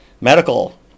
Medical